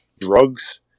drugs